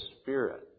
Spirit